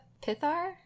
Pithar